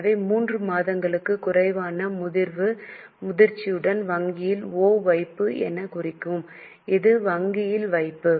எனவே 3 மாதங்களுக்கும் குறைவான முதிர்வு முதிர்ச்சியுடன் வங்கியில் ஒ வைப்பு எனக் குறிக்கவும் இது வங்கியில் வைப்பு